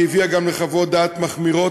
והיא הביאה גם לחוות דעת מחמירות,